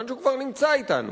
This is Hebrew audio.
כיוון שהוא כבר נמצא אתנו,